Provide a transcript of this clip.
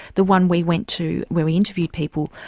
the one we went to where we interviewed people,